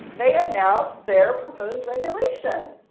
they announced their proposed regulation.